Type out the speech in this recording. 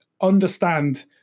understand